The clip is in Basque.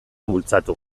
bultzatu